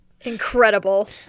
incredible